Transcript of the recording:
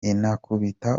inakubita